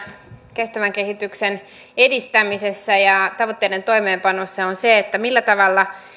kestävän kehityksen edistämisessä ja tavoitteiden toimeenpanossa on se millä tavalla